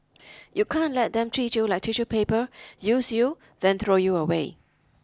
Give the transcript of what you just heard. you can't let them treat you like tissue paper use you then throw you away